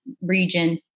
region